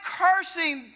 cursing